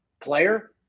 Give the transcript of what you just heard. player